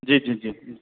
جی جی جی